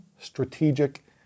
strategic